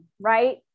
right